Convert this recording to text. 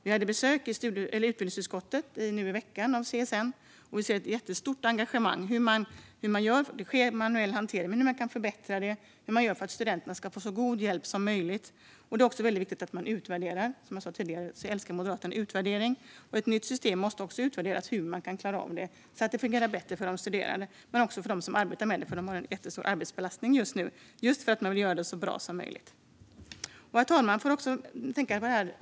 Vi fick besök i utbildningsutskottet nu i veckan av CSN, och vi kunde se ett stort engagemang. Hanteringen är manuell, och den kan förbättras. Men man gör så för att studenterna ska få så god hjälp som möjligt. Det är också viktigt att utvärdera. Som jag sa tidigare älskar Moderaterna utvärdering. Ett nytt system måste också utvärderas så att det ska fungera bra för de studerande. Det måste också göras för dem som arbetar med stödet eftersom deras arbetsbelastning är stor just nu. Herr talman!